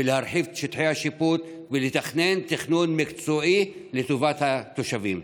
להרחיב את שטחי השיפוט ולתכנן תכנון מקצועי לטובת התושבים.